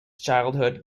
childhood